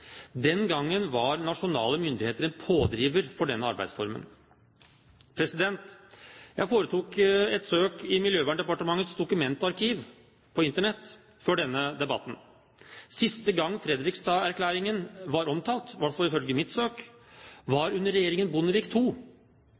Den gangen var nasjonale myndigheter en pådriver for denne arbeidsformen. Jeg foretok et søk i Miljøverndepartementets dokumentarkiv på Internett før denne debatten. Siste gang Fredrikstaderklæringen var omtalt – i hvert fall ifølge mitt søk – var under regjeringen Bondevik II.